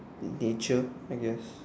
nature I guess